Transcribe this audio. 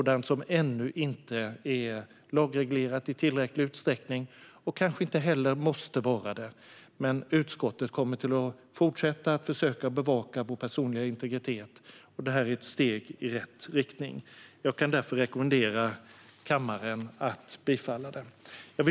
Detta är ännu inte lagreglerat i tillräcklig utsträckning och måste kanske inte vara det heller, men utskottet kommer att fortsätta att försöka bevaka vår personliga integritet. Detta är ett steg i rätt riktning. Jag kan därför rekommendera kammaren att bifalla förslaget.